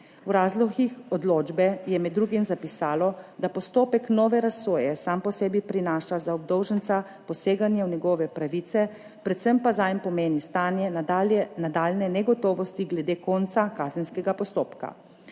V razlogih odločbe je med drugim zapisalo, da postopek nove razsoje sam po sebi prinaša za obdolženca poseganje v njegove pravice, predvsem pa zanj pomeni stanje nadaljnje negotovosti glede konca kazenskega postopka.